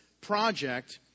project